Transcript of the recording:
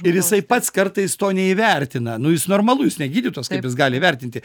ir jisai pats kartais to neįvertina nu jis normalu jis ne gydytojas kaip jis gali įvertinti